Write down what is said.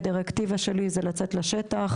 הדירקטיבה שלי זה לצאת לשטח,